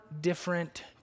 different